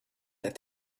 that